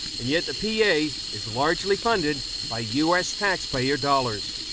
and yet the p a. is largely funded by u s. taxpayer dollars.